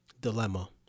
dilemma